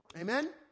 Amen